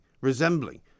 resembling